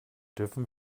dürfen